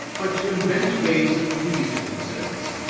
but to invent ways of pleasing themselves.